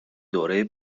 دوره